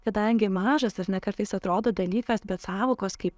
kadangi mažas ar ne kartais atrodo dalykas bet sąvokos kaip